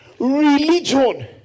religion